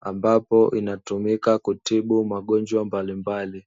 ambapo inatumika kutibu magonjwa mbalimbali.